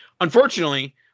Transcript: Unfortunately